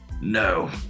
No